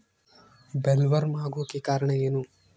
Bollworm ಆಗೋಕೆ ಕಾರಣ ಏನು?